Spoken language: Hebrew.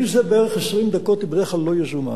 אם זה בערך 20 דקות, זה בדרך כלל לא יזומה.